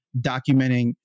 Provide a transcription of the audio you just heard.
documenting